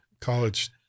college